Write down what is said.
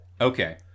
okay